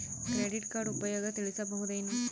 Credit card ಉಪಯೋಗ ತಿಳಸಬಹುದೇನು?